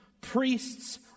priests